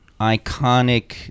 iconic